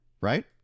Right